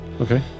Okay